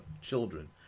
children